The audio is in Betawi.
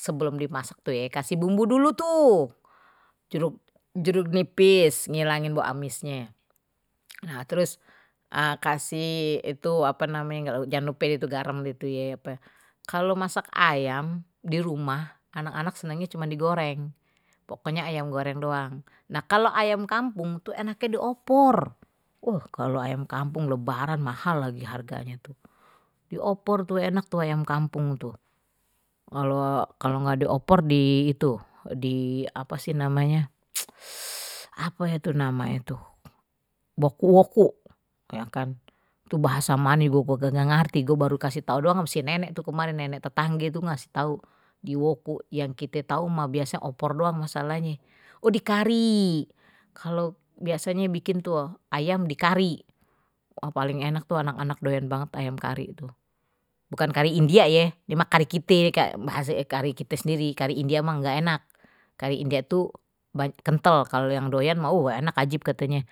sebelum dimasak tuh ya kasih bumbu dulu tuh jeruk jeruk nipis ngilangin bau amisnye nah terus a kasih itu apa namanye, jangan lupa garem kalau masak ayam di rumah anak-anak senangnya cuma digoreng pokoknya ayam goreng doang nah kalau ayam kampung itu enaknya di opor kalau ayam kampung lebaran mahal lagi harganye tuh di opor tuh enak tuh ayam kampung tuh kalau kalau enggak dioper di itu di apa sih namanya apa ya tuh nama itu woku woku ya kan tuh bahasa mane gua juga enggak ngerti gua baru kasih tahu doang sama si nenek tuh kemarin nenek tetangge itu ngasih tahu iwoku yang kita tahu mah biasanya opor doang masalahnya oh di kari kalau biasanya bikin ayam di kari wah paling enak tuh anak-anak doyan banget ayam kari tuh bukan kari india yeh kari ini kari kite bahasa kita sendiri kari india mah enggak enak kari india tuh kentel kalau yang doyan mah enak ajib katenye.